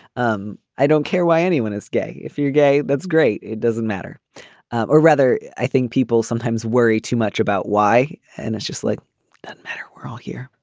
um i don't care why anyone is gay. if you're gay that's great. it doesn't matter or rather i think people sometimes worry too much about why. and it's just like and matter. we're all here.